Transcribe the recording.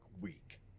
week